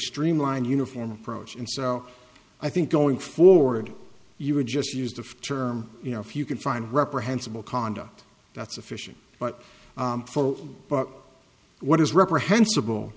streamlined uniform approach and so i think going forward you would just use the term you know if you can find reprehensible conduct that's sufficient but for but what is reprehensible